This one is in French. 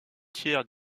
tiers